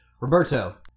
Roberto